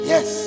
Yes